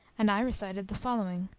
and i recited the following